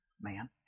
man